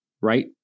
right